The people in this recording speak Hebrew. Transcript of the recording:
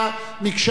מקשה אחת,